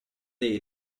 dei